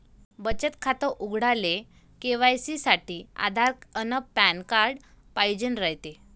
बचत खातं उघडाले के.वाय.सी साठी आधार अन पॅन कार्ड पाइजेन रायते